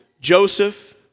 Joseph